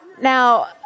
Now